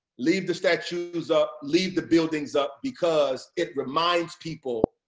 leave the statues up, leave the buildings up, because it reminds people